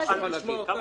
קשה לי לשמוע אותה.